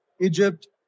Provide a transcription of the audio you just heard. Egypt